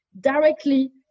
directly